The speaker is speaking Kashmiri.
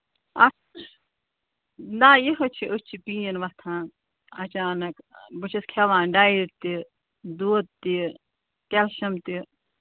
اَتھ نہ یہٕے چھِ أتھۍ چھِ پین وۄتھان اَچانک بہٕ چھَس کھٮ۪وان ڈایِٹ تہِ دۄد تہِ کیلشم تہِ